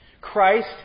Christ